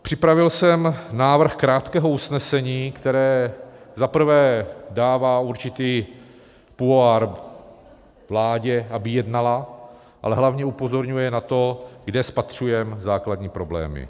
Připravil jsem návrh krátkého usnesení, které za prvé dává určitý pouvoir vládě, aby jednala, ale hlavně upozorňuje na to, kde spatřujeme základní problémy.